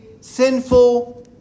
sinful